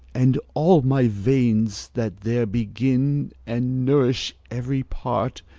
and all my veins, that there begin and nourish every part,